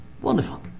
Wonderful